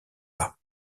pas